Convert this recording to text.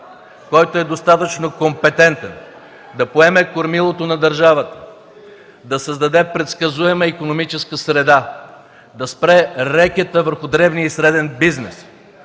който е достатъчно компетентен да поеме кормилото на държавата, да създаде предсказуема икономическа среда, да спре рекета върху дребния и среден бизнес,